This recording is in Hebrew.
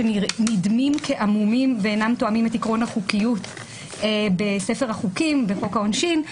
שנדמים כעמומים ואינם תואמים את עקרון החוקיות בחוק העונשין,